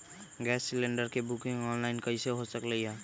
Gas cylinder के booking online कईसे हो सकलई ह?